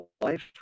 life